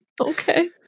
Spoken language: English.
okay